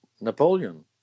Napoleon